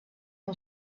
who